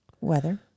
weather